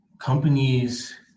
Companies